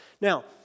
Now